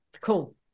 Cool